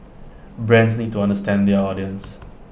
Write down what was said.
brands need to understand their audience